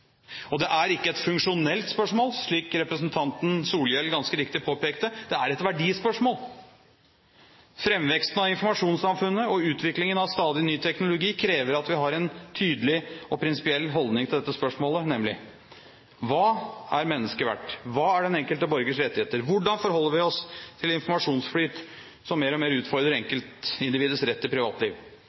dag. Det er ikke et funksjonelt spørsmål, slik representanten Solhjell ganske riktig påpekte, det er et verdispørsmål. Framveksten av informasjonssamfunnet og utviklingen av stadig ny teknologi krever at vi har en tydelig og prinsipiell holdning til dette spørsmålet, nemlig: Hva er mennesket verd, og hva er den enkelte borgers rettigheter? Hvordan forholder vi oss til en informasjonsflyt som mer og mer utfordrer enkeltindividets rett til privatliv?